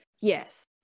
Yes